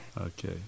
Okay